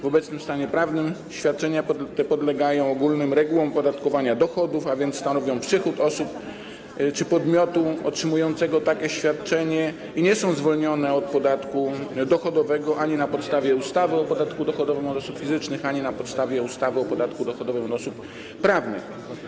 W obecnym stanie prawnym świadczenia te podlegają ogólnym regułom opodatkowania dochodów, a więc stanowią przychód osób czy podmiotów otrzymujących takie świadczenie i nie są zwolnione od podatku dochodowego ani na podstawie ustawy o podatku dochodowym od osób fizycznych, ani na podstawie ustawy o podatku dochodowym od osób prawnych.